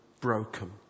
broken